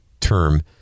term